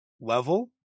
level